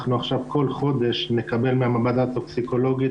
עכשיו בכל חודש אנחנו נקבל מהמעבדה הטוקסיקולוגית